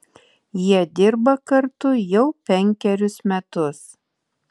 jie dirba kartu jau penkerius metus